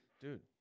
Dude